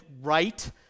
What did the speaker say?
right